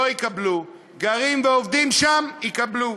לא יקבלו, גרים ועובדים שם, יקבלו.